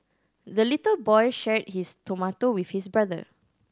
the little boy shared his tomato with his brother